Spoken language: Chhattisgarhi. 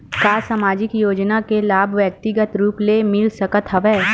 का सामाजिक योजना के लाभ व्यक्तिगत रूप ले मिल सकत हवय?